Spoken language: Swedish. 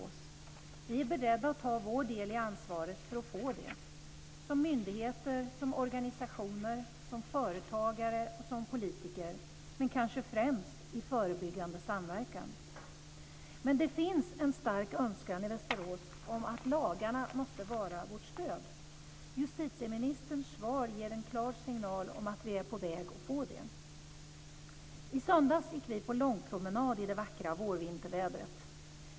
Vi är beredda att ta vår del i ansvaret för att få det som myndigheter, som organisationer, som företagare, som politiker men kanske främst i förebyggande samverkan. Men det finns en stark önskan i Västerås av att lagarna ska vara vårt stöd. Justitieministerns svar ger en klar signal om att vi är på väg att få det. I söndags gick vi på långpromenad i det vackra vårvintervädret.